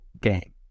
game